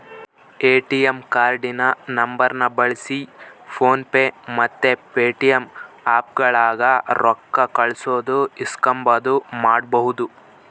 ATM ಕಾರ್ಡಿನ ನಂಬರ್ನ ಬಳ್ಸಿ ಫೋನ್ ಪೇ ಮತ್ತೆ ಪೇಟಿಎಮ್ ಆಪ್ಗುಳಾಗ ರೊಕ್ಕ ಕಳ್ಸೋದು ಇಸ್ಕಂಬದು ಮಾಡ್ಬಹುದು